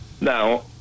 Now